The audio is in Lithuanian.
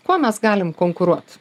kuo mes galim konkuruot